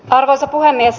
arvoisa puhemies